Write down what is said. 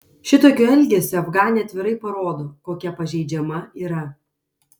šitokiu elgesiu afganė atvirai parodo kokia pažeidžiama yra